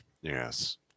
Yes